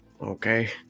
Okay